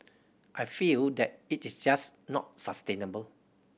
I feel that it is just not sustainable